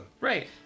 Right